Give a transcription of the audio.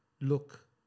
look